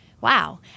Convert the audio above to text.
wow